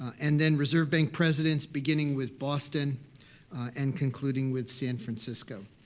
and then reserve bank presidents beginning with boston and concluding with san francisco.